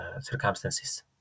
circumstances